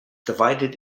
divided